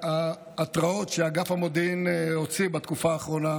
וההתרעות שאגף המודיעין הוציא בתקופה האחרונה